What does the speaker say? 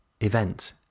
event